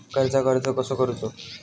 कर्जाक अर्ज कसो करूचो?